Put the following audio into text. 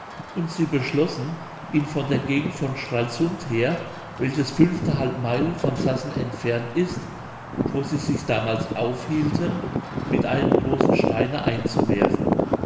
und sie beschlossen ihn von der gegend von stralsund her welches fünftehalb meilen von sassen entfernt ist und wo sie sich damals aufhielten mit einem großen steine einzuwerfen